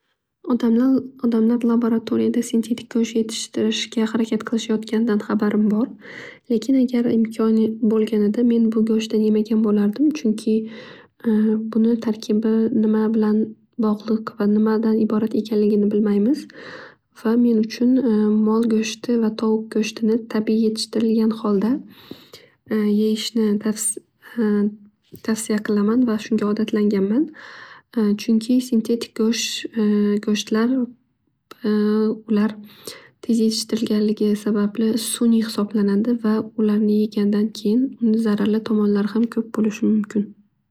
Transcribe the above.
Odamlar labaratoriyada sintetik go'sht yetishtirishga harakat qilishayotganidan habarim bor. Lekin agar imkoni bo'ganda men bu go'shtdan yemagan bo'lardim. Chunki buni tarkibi nima bilan bog'liq va nimadan iborat ekanligini bilmaymiz va men uchun mol go'shti va tovuq go'shtini tabiiy yetishtirilgan holda yeyishni tavsi tavsiya qilaman va shunga odatlanganman. Chunki sintetik go'sht go'shtlar ular tez yetishtirilganligi sababli suniy hisoblanadi va ularni yegandan keyin zararli tomonlari ham ko'p bo'lishi mumkin.